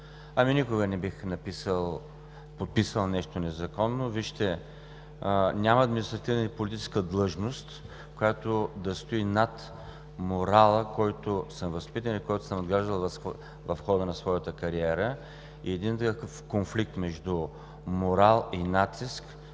Никога не бих подписал нещо незаконно! Вижте, няма административна и политическа длъжност, която да стои над морала, в който съм възпитан и който съм изграждал в хода на своята кариера. Един такъв конфликт между морал и натиск,